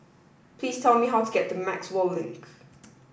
please tell me how to get to Maxwell Link